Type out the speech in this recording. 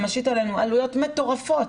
שמשית עלינו עלויות מטורפות